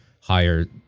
higher